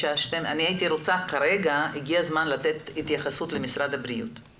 חברים, הגיע הזמן לתת למשרד הבריאות להתייחס.